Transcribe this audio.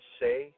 say